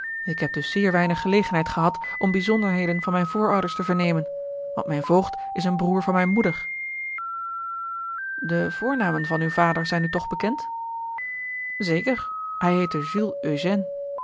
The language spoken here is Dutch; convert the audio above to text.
ik heb dus zeer weinig gelegenheid gehad om bijzonderheden van mijn voorouders te vernemen want mijn voogd is een broer van mijne moeder de voornamen van uw vader zijn u toch bekend zeker hij heette